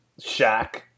Shaq